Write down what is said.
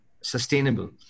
sustainable